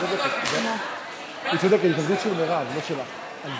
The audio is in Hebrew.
היא צודקת, ההתנגדות היא של מרב, לא שלך.